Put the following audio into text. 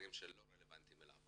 דברים שלא רלבנטיים אליו.